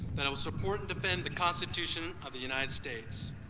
that i will support and defend the constitution of the united states